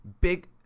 big